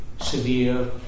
severe